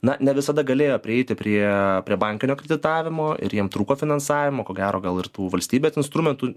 na ne visada galėjo prieiti prie prie bankinio kreditavimo ir jiem trūko finansavimo ko gero gal ir tų valstybės instrumentų